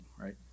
right